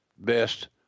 best